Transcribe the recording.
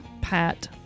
Pat